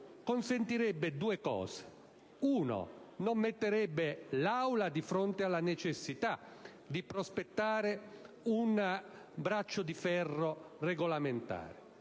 consentirebbe due cose: innanzitutto, non metterebbe l'Aula di fronte alla necessità di prospettare un braccio di ferro regolamentare;